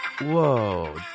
Whoa